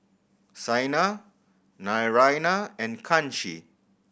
Saina Naraina and Kanshi